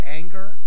anger